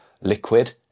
liquid